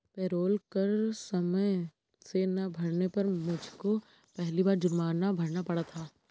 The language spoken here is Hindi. पेरोल कर समय से ना भरने पर मुझको पिछली बार जुर्माना भरना पड़ा था